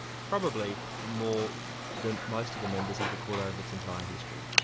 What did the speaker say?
probably more than most of the members of the court over its entire history.